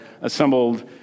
assembled